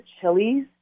chilies